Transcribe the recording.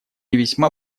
весьма